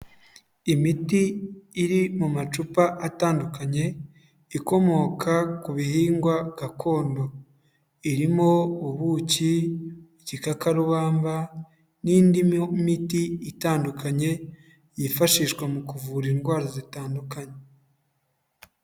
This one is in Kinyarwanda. Imiti iri mu macupa atandukanye, ikomoka ku bihingwa gakondo. Irimo ubuki, igikakarubamba n'indi miti itandukanye yifashishwa mu kuvura indwara zitandukanye.